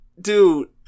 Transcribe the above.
dude